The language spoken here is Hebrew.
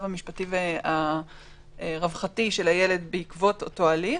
המשפטי והרווחתי של הילד בעקבות אותו הליך.